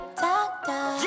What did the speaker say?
doctor